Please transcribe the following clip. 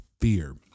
fear